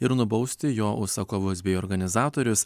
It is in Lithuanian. ir nubausti jo užsakovus bei organizatorius